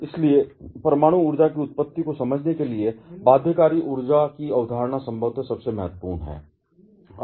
इसलिए परमाणु ऊर्जा की उत्पत्ति को समझने के लिए बाध्यकारी ऊर्जा की अवधारणा संभवतः सबसे महत्वपूर्ण है